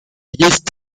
есть